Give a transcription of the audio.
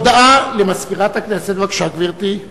הודעה למזכירת הכנסת, בבקשה, גברתי.